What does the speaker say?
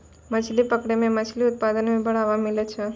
मछली पकड़ै मे मछली उत्पादन मे बड़ावा मिलै छै